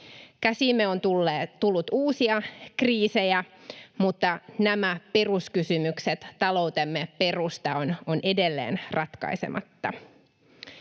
Käsiimme on tullut uusia kriisejä, mutta nämä peruskysymykset, taloutemme perusta, ovat edelleen ratkaisematta.